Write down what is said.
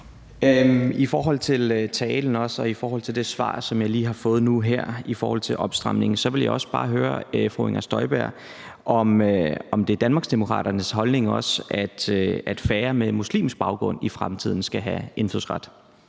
I forhold til talen og også i forhold til det svar, som jeg lige har fået nu her om opstramning, vil jeg også bare høre fru Inger Støjberg, om det er Danmarksdemokraternes holdning, at færre med muslimsk baggrund i fremtiden skal have indfødsret.